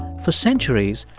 for centuries,